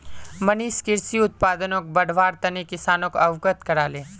मनीष कृषि उत्पादनक बढ़व्वार तने किसानोक अवगत कराले